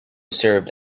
served